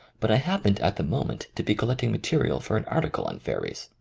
but i hap pened at the moment to be collecting ma terial for an article on fairies,